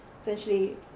Essentially